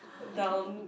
down